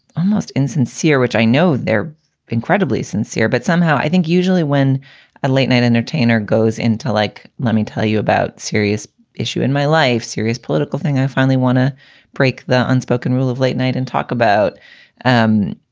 almost insincere, which i know they're incredibly sincere. but somehow, i think usually when a late-night entertainer goes into like let me tell you about serious issue in my life, serious political thing, i finally want to break the unspoken rule of late night and talk about um